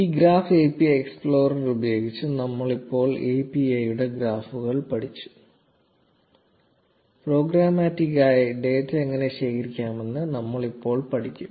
ഈ graph API explorer ഉപയോഗിച്ച് നമ്മൾ ഇപ്പോൾ API യുടെ ഗ്രാഫുകൾ പഠിച്ചു 0016 പ്രോഗ്രമാറ്റിക്കായി ഡാറ്റ എങ്ങനെ ശേഖരിക്കാമെന്ന് നമ്മൾ ഇപ്പോൾ പഠിക്കും